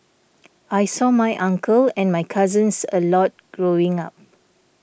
I saw my uncle and my cousins a lot growing up